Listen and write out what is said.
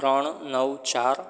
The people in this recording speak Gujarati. ત્રણ નવ ચાર